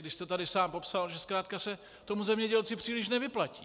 Vy jste tady sám popsal, že zkrátka se tomu zemědělci příliš nevyplatí.